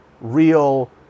real